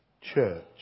church